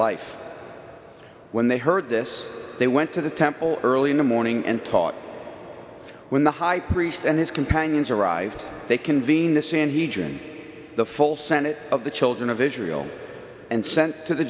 life when they heard this they went to the temple early in the morning and taught when the high priest and his companions arrived they convene the sanhedrin the full senate of the children of israel and sent to the